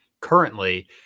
currently